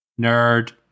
Nerd